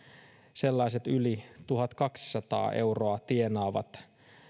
sellaiset yli tuhatkaksisataa euroa tienaavat